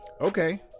Okay